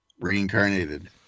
Reincarnated